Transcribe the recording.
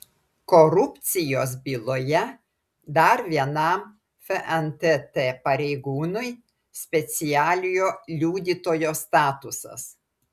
korupcijos byloje dar vienam fntt pareigūnui specialiojo liudytojo statusas